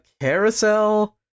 Carousel